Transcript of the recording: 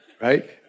right